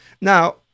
Now